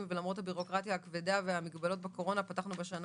ולמרות הבירוקרטיה הכבדה ומגבלות הקורונה פתחנו בשנה